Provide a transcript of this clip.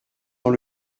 dans